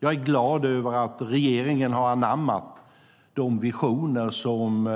Jag är glad över att regeringen har anammat de visioner som